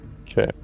okay